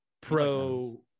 pro